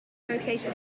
located